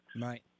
right